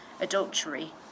adultery